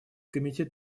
комитет